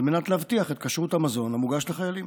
על מנת להבטיח את כשרות המזון המוגש לחיילים.